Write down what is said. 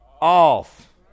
off